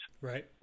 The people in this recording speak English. Right